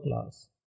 class